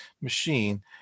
machine